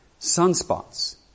sunspots